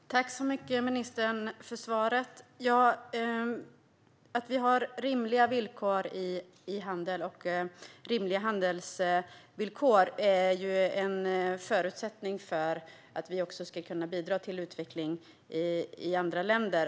Fru talman! Tack så mycket, ministern, för svaret! Att vi har rimliga handelsvillkor är en förutsättning för att vi ska kunna bidra till utveckling i andra länder.